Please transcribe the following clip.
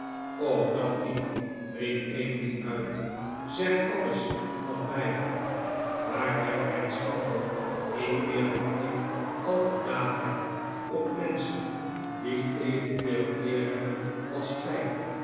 dat niet riep emily uit zeg alles van mij maar werp mijn schande niet meer dan ik al gedaan heb op menschen die evenveel eer hebben als gij